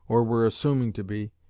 or were assuming to be,